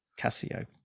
Casio